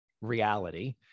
reality